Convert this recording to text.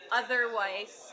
otherwise